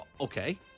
Okay